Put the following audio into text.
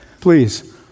Please